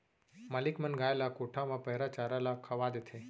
मालिक मन गाय ल कोठा म पैरा चारा ल खवा देथे